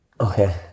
Okay